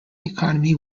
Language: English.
economy